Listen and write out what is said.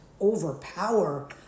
overpower